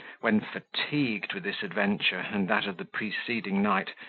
when, fatigued with this adventure and that of the preceding night,